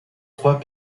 trois